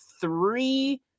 three